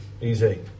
Easy